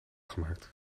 gemaakt